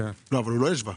אבל הוא לא השווה.